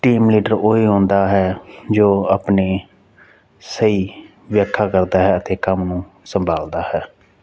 team leader ਉਹੀ ਹੁੰਦਾ ਹੈ ਜੋ ਆਪਣੇ ਸਹੀ ਵਿਆਖਿਆ ਕਰਦਾ ਹੈ ਅਤੇ ਕੰਮ ਨੂੰ ਸੰਭਾਲਦਾ ਹੈ